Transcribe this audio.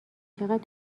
چقد